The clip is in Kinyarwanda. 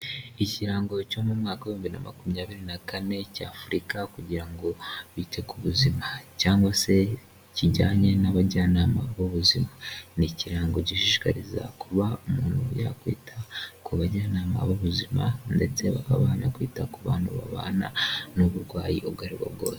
Ikirango cyo mu mwaka w'ibimbi bibirina makumyabiri na kane cya afurika kugira ngo bite ku buzima cyangwa se ku kijyanye n'abajyanama b'ubuzima n' ikirango gishishikariza kuba umuntu yakwita ku bajyanama b'ubuzima ndetse bakaba banakwita ku bantu babana n'uburwayi ubwo aribwo bwose.